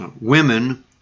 Women